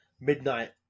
midnight